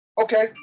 Okay